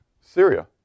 Syria